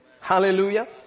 Hallelujah